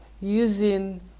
using